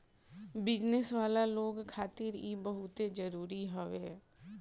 business वाला लोग खातिर इ बहुते जरुरी हवे